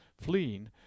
fleeing